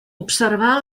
observà